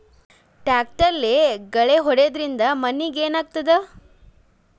ಟ್ರಾಕ್ಟರ್ಲೆ ಗಳೆ ಹೊಡೆದಿದ್ದರಿಂದ ಮಣ್ಣಿಗೆ ಏನಾಗುತ್ತದೆ?